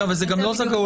רגע, זה לא זכאותה.